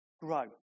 grow